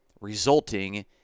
resulting